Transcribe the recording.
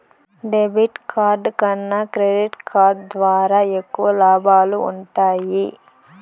debit card కన్నా credit card ద్వారా ఎక్కువ లాబాలు వుంటయ్యి